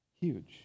huge